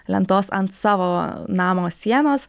lentos ant savo namo sienos